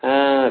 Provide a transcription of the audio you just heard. हाँ